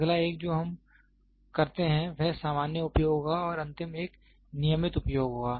अगला एक जो हम करते हैं वह सामान्य उपयोग होगा और अंतिम एक नियमित उपयोग होगा